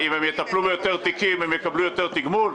אם הם יטפלו ביותר תיקים הם יקבלו יותר תגמול?